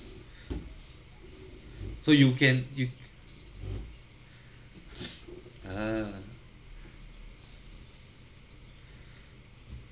so you can you ah